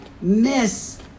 miss